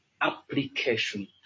Application